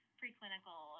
preclinical